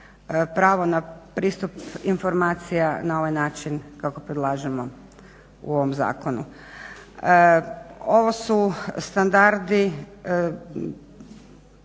pravo na pristup informacijama na ovaj način kako predlažemo u ovom zakonu. Ovo su standardi,